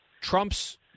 Trump's